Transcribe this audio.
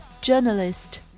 Journalist